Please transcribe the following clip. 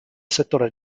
settore